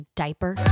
diaper